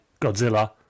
godzilla